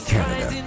Canada